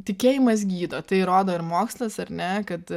tikėjimas gydo tai rodo ir mokslas ar ne kad